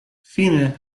fine